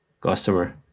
customer